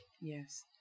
Yes